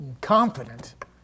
confident